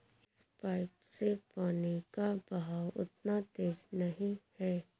इस पाइप से पानी का बहाव उतना तेज नही है